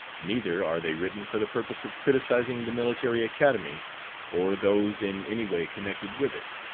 neither are they written for the purpose of criticising the military academy or those in any way connected with it.